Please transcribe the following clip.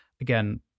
Again